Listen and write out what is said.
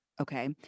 okay